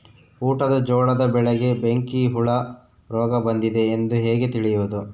ಊಟದ ಜೋಳದ ಬೆಳೆಗೆ ಬೆಂಕಿ ಹುಳ ರೋಗ ಬಂದಿದೆ ಎಂದು ಹೇಗೆ ತಿಳಿಯುವುದು?